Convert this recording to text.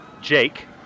Jake